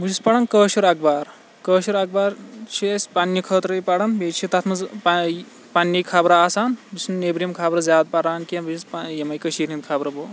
بہٕ چھُس پَران کٲشُر اَخبار کٲشُر اَخبار چھِ أسۍ پَننہِ خٲطرٕ پَران بیٚیہ چھِ تَتھ منٛز پَننہِ خَبرٕ آسان بہٕ چھُس نہٕ نٮ۪برِم خَبرٕ زیادٕ پَران کِینٛہہ بہٕ چھُس پَننہِ یِمَے کٔشیرِ ہِنٛز خَبرٕ بو